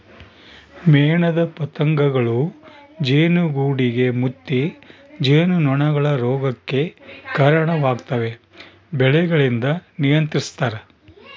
ಮೇಣದ ಪತಂಗಗಳೂ ಜೇನುಗೂಡುಗೆ ಮುತ್ತಿ ಜೇನುನೊಣಗಳ ರೋಗಕ್ಕೆ ಕರಣವಾಗ್ತವೆ ಬೆಳೆಗಳಿಂದ ನಿಯಂತ್ರಿಸ್ತರ